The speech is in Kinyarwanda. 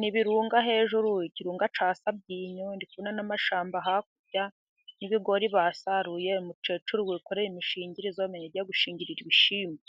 n'ibirunga hejuru, ikirunga cya sabyinyo, ndikubona n'amashamba hakurya n'ibigori basaruye, umukecuru wikoreye imishingiriro, umenya igiye gushingirira ibishyimbo.